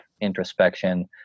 introspection